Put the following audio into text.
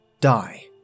die